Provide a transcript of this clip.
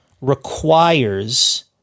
requires